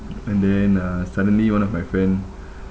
and then uh suddenly one of my friend